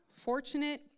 fortunate